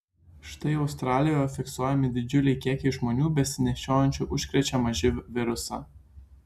štai australijoje fiksuojami didžiuliai kiekiai žmonių besinešiojančių užkrečiamą živ virusą